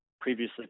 previously